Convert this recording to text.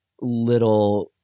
little